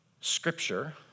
scripture